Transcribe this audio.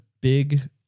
big